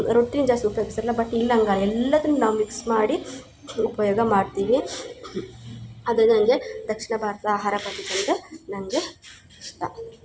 ರೊಟ್ಟಿನ ಜಾಸ್ತಿ ಉಪಯೋಗಿಸ್ತಾರಲ್ಲ ಬಟ್ ಇಲ್ಲಿ ಹಂಗಲ್ಲ ಎಲ್ಲದನ್ನು ನಾವು ಮಿಕ್ಸ್ ಮಾಡಿ ಉಪಯೋಗ ಮಾಡ್ತೀವಿ ಅದ ನಂಗೆ ದಕ್ಷಿಣ ಭಾರತದ ಆಹಾರ ಪದ್ಧತಿ ಅಂದರೆ ನಂಗೆ ಇಷ್ಟ